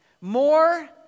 more